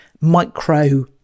micro